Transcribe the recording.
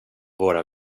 våra